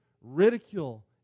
ridicule